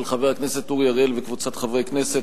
של חבר הכנסת אורי אריאל וקבוצת חברי בכנסת,